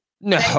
No